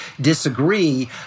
disagree